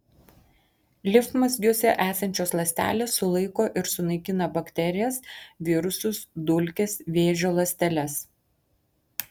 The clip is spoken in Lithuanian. limfmazgiuose esančios ląstelės sulaiko ir sunaikina bakterijas virusus dulkes vėžio ląsteles